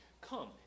Come